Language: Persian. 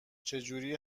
چجوری